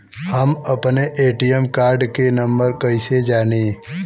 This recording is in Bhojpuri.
हम अपने ए.टी.एम कार्ड के नंबर कइसे जानी?